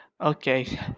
okay